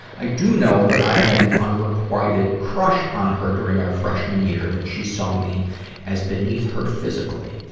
i do know that i had an unrequited crush on her during our freshman year that she saw me as beneath her physically.